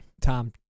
Tom